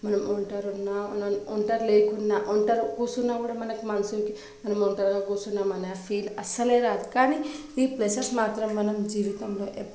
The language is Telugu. మనం ఒంటరున్నా మనం ఒంటరి లేకున్నా ఒంటరి కూసున్నా కూడా మనకు మనసుకి మనం ఒంటరిగా కూర్చున్నామనే ఫీల్ అస్సలే రాదు కానీ ఈ ప్లేసెస్ మాత్రం మనం జీవితంలో ఎప్పుడు